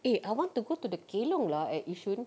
eh I want to go to the kelong lah at yishun